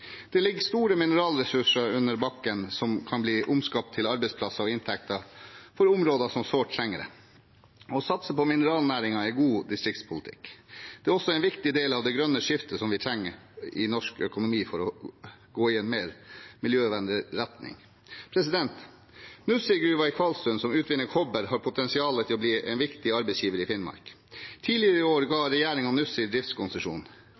Det ligger store mineralressurser under bakken som kan bli omskapt til arbeidsplasser og inntekter for områder som sårt trenger det. Å satse på mineralnæringen er god distriktspolitikk. Det er også en viktig del av det grønne skiftet som vi trenger i norsk økonomi for å gå i en mer miljøvennlig retning. Nussir-gruven i Kvalsund, som utvinner kobber, har potensial til å bli en viktig arbeidsgiver i Finnmark. Tidligere i år ga regjeringen Nussir driftskonsesjon.